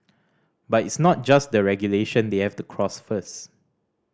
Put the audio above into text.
but it's not just the regulation they have to cross first